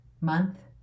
month